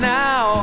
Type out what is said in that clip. now